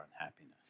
unhappiness